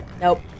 Nope